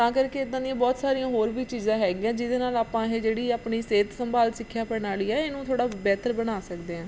ਤਾਂ ਕਰਕੇ ਇੱਦਾਂ ਦੀਆਂ ਬਹੁਤ ਸਾਰੀਆਂ ਹੋਰ ਵੀ ਚੀਜ਼ਾਂ ਹੈਗੀਆਂ ਜਿਹਦੇ ਨਾਲ ਆਪਾਂ ਇਹ ਜਿਹੜੀ ਆਪਣੀ ਸਿਹਤ ਸੰਭਾਲ ਸਿੱਖਿਆ ਪ੍ਰਣਾਲੀ ਹੈ ਇਹਨੂੰ ਥੋੜ੍ਹਾ ਬਿਹਤਰ ਬਣਾ ਸਕਦੇ ਹਾਂ